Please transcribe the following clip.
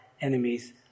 enemies